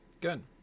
Good